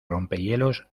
rompehielos